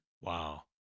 Wow